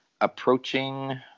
approaching